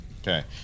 Okay